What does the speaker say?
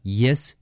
yes